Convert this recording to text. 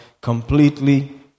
completely